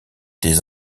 des